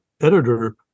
editor